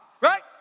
right